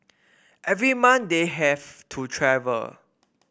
every month they have to travel